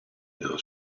dello